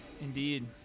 Indeed